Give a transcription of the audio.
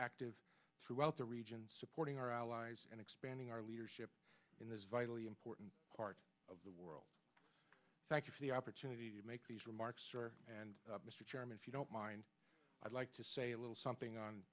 active throughout the region supporting our allies and expanding our leadership in this vitally important part of the world thank you for the opportunity to make these remarks sir and mr chairman if you don't mind i'd like to say a little something on